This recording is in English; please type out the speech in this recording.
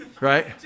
right